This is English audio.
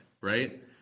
right